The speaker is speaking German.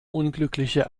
unglückliche